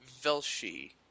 Velshi